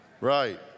Right